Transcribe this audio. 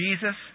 Jesus